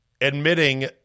admitting